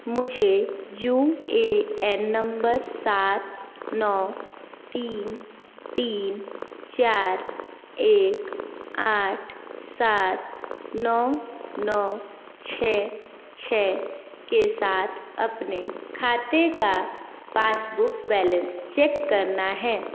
मुझे U A N नंबर सात नौ तीन तीन चार एक आठ सात नौ नौ छः छः के साथ अपने खाते का पासबुक बैलेंस चेक करना है